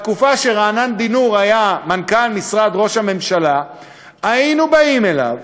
בתקופה שרענן דינור היה מנכ"ל משרד ראש הממשלה היינו באים אליו